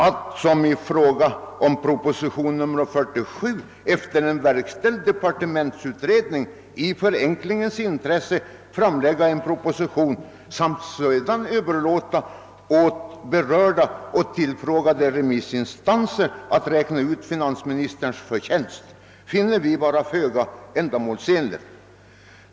Att, som skett beträffande proposition nr 47, efter en verkställd departementsutredning i förenklingens intresse framlägga ett förslag samt sedan överlåta åt berörda och tillfrågade remissinstanser att räkna ut finansministerns förtjänst, anser vi vara föga ändamålsenligt.